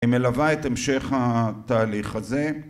‫היא מלווה את המשך התהליך הזה.